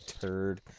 turd